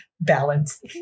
Balance